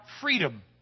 freedom